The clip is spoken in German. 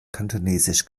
kantonesisch